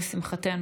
לשמחתנו,